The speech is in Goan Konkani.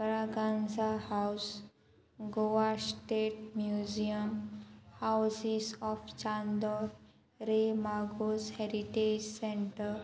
Braganza house Goa state museum houses of Chandor रेमागोज हेरीटेज सेंटर